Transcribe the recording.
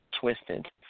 Twisted